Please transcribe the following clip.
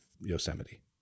Yosemite